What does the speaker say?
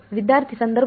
विद्यार्थीः